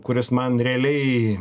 kuris man realiai